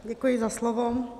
Děkuji za slovo.